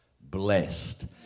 blessed